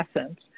essence